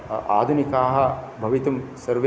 आ आधुनिकाः भवितुम् सर्वे